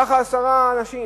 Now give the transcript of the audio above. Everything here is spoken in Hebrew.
ככה עשרה אנשים